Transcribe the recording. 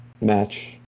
match